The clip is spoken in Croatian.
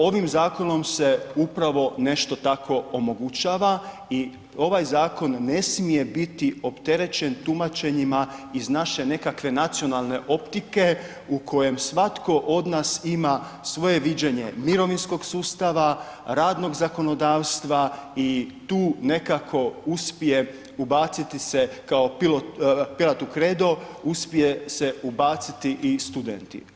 Ovim zakonom se upravo nešto tako omogućava i ovaj zakon ne smije biti opterećen tumačenjima iz naše nekakve nacionalne optike u kojem svatko od nas ima svoje viđenje mirovinskog sustava, radnog zakonodavstva i tu nekako uspje ubaciti se kao pilat u kredo, uspije se ubaciti i studenti.